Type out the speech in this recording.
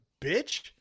bitch